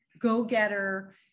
go-getter